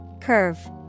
Curve